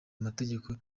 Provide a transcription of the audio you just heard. amategeko